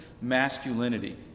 masculinity